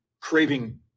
craving